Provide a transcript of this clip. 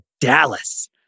Dallas